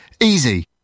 Easy